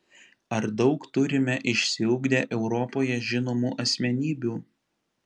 ar daug turime išsiugdę europoje žinomų asmenybių